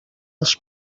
els